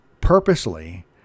purposely